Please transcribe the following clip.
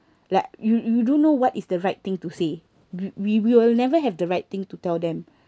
like you you don't know what is the right thing to say we we will never have the right thing to tell them